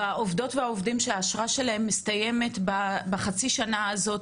מה קורה בעצם עם העובדים והעובדות שהאשרה שלהם מסתיימת בחצי השנה הזאת?